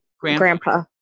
grandpa